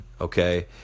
okay